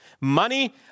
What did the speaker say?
money